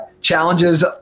challenges